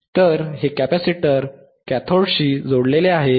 तर हे कॅपेसिटर कॅथोडशी जोडलेले आहे